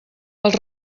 els